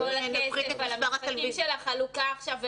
אבל המשחקים של החלוקה עכשיו,